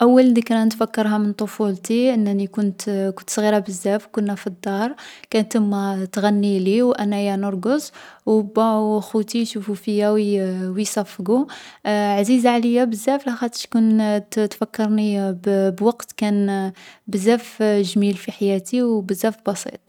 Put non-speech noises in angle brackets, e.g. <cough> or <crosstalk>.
﻿أول ذكرى نتفكرها من طفولتي أنني كنت كت صغيرة بزاف، كنا في الدار. كانت ما تغنيلي و أنايا نرقص و با و خوتي يشوفو فيا و ي-يصفقو. <hesitation> عزيزة عليا بزاف لاخاطش كنت تفكرني ب-بوقت كان <hesitation> بزاف جميل في حياتي و بزاف بسيط.